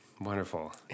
Wonderful